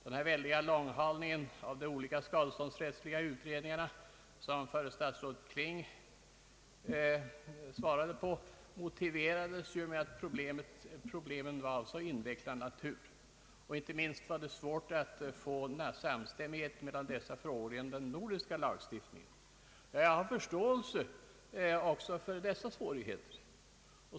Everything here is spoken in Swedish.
Den väldiga långhalningen av de olika skadeståndsrättsliga utredningarna som statsrådet Kling svarade för motiverades ju med att problemen var av invecklad natur, inte minst var det svårt att nå enighet i dessa frågor inom den nordiska lagstiftningen. Jag har förståelse också för dessa svårigheter.